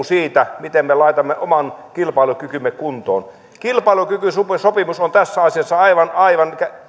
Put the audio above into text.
siitä miten me laitamme oman kilpailukykymme kuntoon kilpailukykysopimus on tässä asiassa aivan aivan